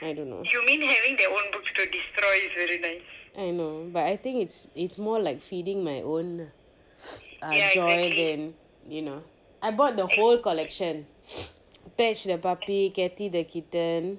I don't know I know but I think it's it's more like feeding my own joy then you know I bought the whole collection bash the puppy katty the kitten